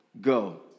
go